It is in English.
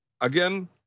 again